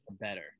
better